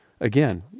Again